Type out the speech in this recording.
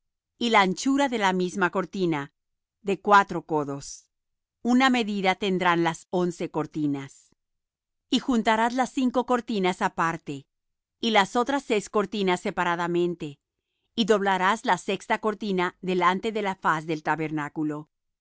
y la anchura de la misma cortina de cuatro codos una medida tendrán las once cortinas y juntarás las cinco cortinas aparte y las otras seis cortinas separadamente y doblarás la sexta cortina delante de la faz del tabernáculo